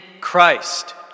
Christ